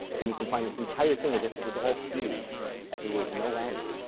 then you can find this entire thing as if was all fused if there was no rounding.